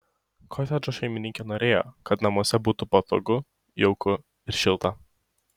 kotedžo šeimininkė norėjo kad namuose būtų patogu jauku ir šilta